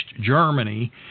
Germany